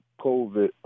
COVID